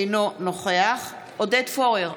אינו נוכח עודד פורר,